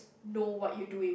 know what you doing